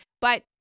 but-